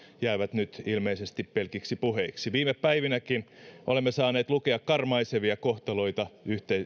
jäävät nyt ilmeisesti pelkiksi puheiksi viime päivinäkin olemme saaneet lukea karmaisevia kohtaloita